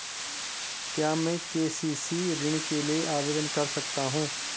क्या मैं के.सी.सी ऋण के लिए आवेदन कर सकता हूँ?